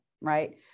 right